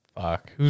Fuck